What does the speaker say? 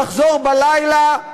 לחזור בלילה,